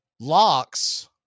locks